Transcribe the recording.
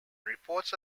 reports